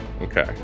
Okay